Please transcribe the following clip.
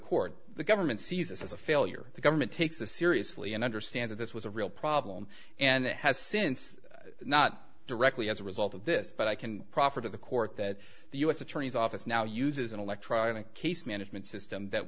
court the government sees this as a failure the government takes this seriously and understands this was a real problem and has since not directly as a result of this but i can proffer to the court that the u s attorney's office now uses an electronic case management system that